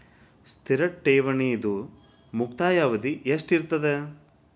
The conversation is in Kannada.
ಸ್ಥಿರ ಠೇವಣಿದು ಮುಕ್ತಾಯ ಅವಧಿ ಎಷ್ಟಿರತದ?